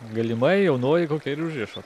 galimai jaunoji kokia ir užrišo